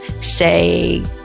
say